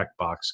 checkbox